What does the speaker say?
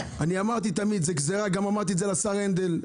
אני אמרתי תמיד, אמרתי את זה גם לשר הנדל.